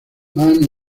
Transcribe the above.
mami